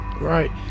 right